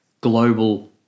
global